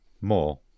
more